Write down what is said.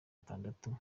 atandatu